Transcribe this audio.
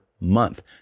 month